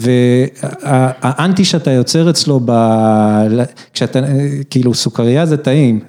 והאנטי שאתה יוצר אצלו כשאתה, כאילו סוכריה זה טעים.